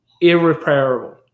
Irreparable